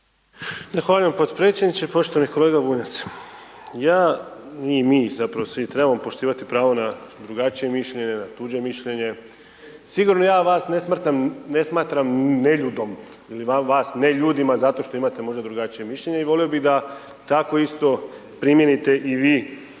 Zahvaljujem potpredsjedniče. Poštovani kolega Bunjac, ja i mi zapravo svi trebamo poštivati pravo na drugačije mišljenje, na tuđe mišljenje. Sigurno ja vas ne smatram neljudom ili vas ne ljudima zato što imate možda drugačije mišljenje i volio bih da tako isto primijenite i vi